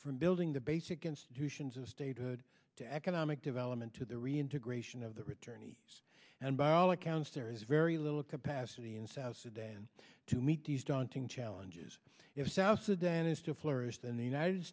from building the basic institutions of statehood to economic development to the reintegration of the return ease and by all accounts there is very little capacity in south sudan to meet these daunting challenges if south sudan is to flourish then the united